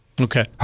Okay